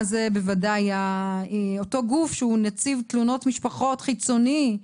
זה בוודאי אותו גוף שהוא נציב תלונות משפחות חיצוני,